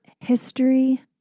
history